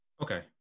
Okay